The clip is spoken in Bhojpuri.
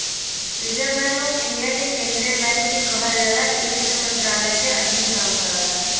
रिज़र्व बैंक ऑफ़ इंडिया के केंद्रीय बैंक भी कहल जाला इ वित्त मंत्रालय के अधीन काम करला